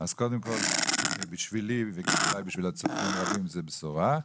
אז קודם כל בשבילי ובוודאי בשביל צופים רבים זו בשורה.